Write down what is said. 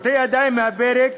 קטועי ידיים מהמרפק,